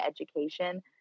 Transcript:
education